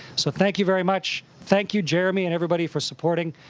so thank you very much. thank you, jeremy and everybody, for supporting,